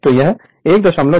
तो यह 1212 एम्पीयर है